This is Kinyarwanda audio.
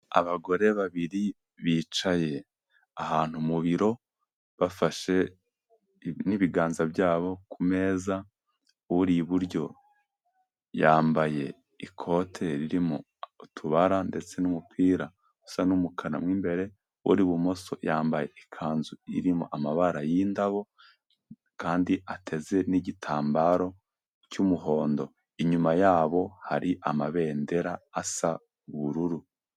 Abagore babiri bicaye ahantu mu biro, bafashe n'ibiganza byabo kumeza, uri iburyo yambaye ikote ririmo utubara ndetse n'umupira usa nk'umukara mo imbere, uri ibumoso yambaye ikanzu irimo amabara y'indabo kandi ateze n'igitambaro cy'umuhondo. Inyuma yabo hari amabendera asa ubururu.